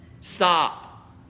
Stop